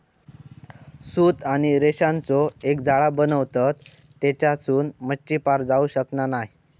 सूत आणि रेशांचो एक जाळा बनवतत तेच्यासून मच्छी पार जाऊ शकना नाय